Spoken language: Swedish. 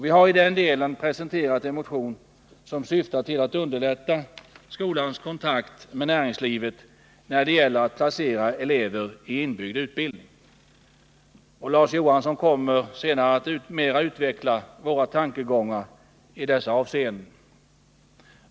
Vi har väckt en motion med förslag som syftar till att underlätta skolans kontakter med näringslivet när det gäller att placera elever i inbyggd utbildning. Larz Johansson kommer senare att mera utveckla våra tankegångar i dessa avseenden.